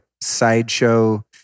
sideshow